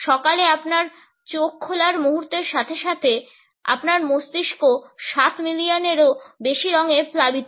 সকালে আপনার চোখ খোলার মুহুর্তের সাথে সাথে আপনার মস্তিষ্ক সাত মিলিয়নেরও বেশি রঙে প্লাবিত হয়